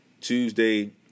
Tuesday